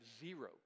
zero